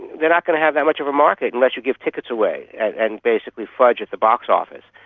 they are not going to have that much of a market unless you give tickets away and and basically fudge at the box office.